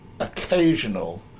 occasional